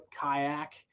kayak